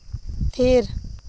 ᱛᱷᱤᱨ